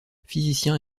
physicien